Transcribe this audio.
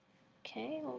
okay.